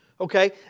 okay